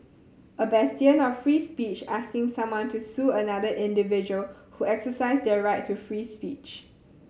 a bastion of free speech asking someone to sue another individual who exercised their right to free speech